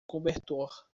cobertor